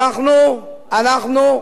אנחנו כן יכולים.